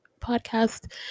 podcast